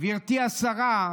גברתי השרה,